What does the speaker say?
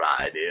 idea